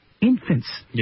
infants